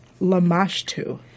Lamashtu